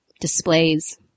displays